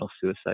Suicide